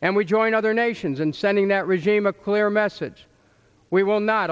and we join other nations in sending that regime a clear message we will not